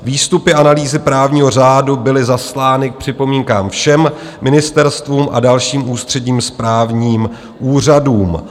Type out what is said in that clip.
Výstupy analýzy právního řádu byly zaslány k připomínkám všem ministerstvům a dalším ústředním správním úřadům.